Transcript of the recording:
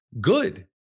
good